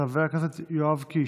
חבר הכנסת יואב קיש,